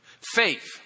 Faith